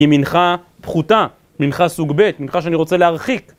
היא מנחה פחותה, מנחה סוג ב, מנחה שאני רוצה להרחיק.